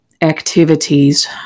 activities